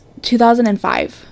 2005